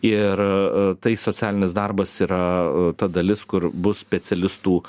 ir tai socialinis darbas yra ta dalis kur bus specialistų